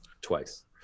twice